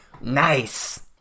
Nice